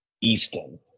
Eastern